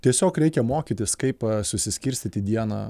tiesiog reikia mokytis kaip susiskirstyti dieną